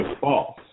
false